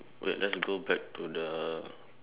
wait let's go back to the